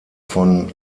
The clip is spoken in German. von